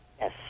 Yes